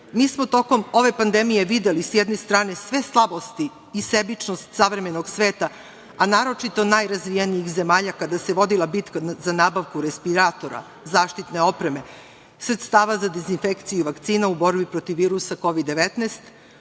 Mi smo tokom ove pandemije videli, s jedne strane sve slabosti i sebičnost savremenog sveta, a naročito najrazvijenijih zemalja kada se vodila bitka za nabavku respiratora, zaštitne opreme, sredstava za dezinfekciju, vakcina u borbi protiv virusa Kovid19,